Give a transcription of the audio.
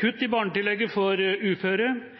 kutt i barnetillegget for uføre,